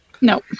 No